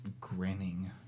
grinning